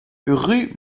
rue